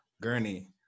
gurney